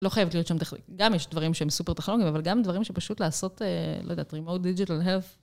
לא חייבת להיות שם טכנול... גם יש דברים שהם סופר-טכנולוגיים, אבל גם דברים שפשוט לעשות, לא יודעת, remote digital health.